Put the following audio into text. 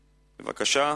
בבקשה.